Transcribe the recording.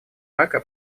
рака